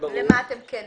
למה אתם כן מסכימים?